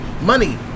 Money